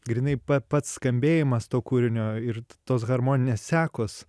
grynai pa pats skambėjimas to kūrinio ir tos harmoninės sekos